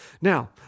Now